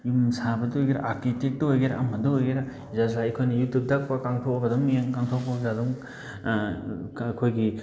ꯌꯨꯝ ꯁꯥꯕꯗ ꯑꯣꯏꯒꯦꯔꯥ ꯑꯥꯔꯀꯤꯇꯦꯛꯇ ꯑꯣꯏꯒꯦꯔꯥ ꯑꯃꯗ ꯑꯣꯏꯒꯦꯔꯥ ꯑꯩꯈꯣꯏꯅ ꯌꯨꯇ꯭ꯌꯨꯕꯇ ꯀꯥꯡꯊꯣꯛꯑꯒ ꯑꯗꯨꯝ ꯀꯥꯡꯊꯣꯛꯄꯒ ꯑꯗꯨꯝ ꯑꯩꯈꯣꯏꯒꯤ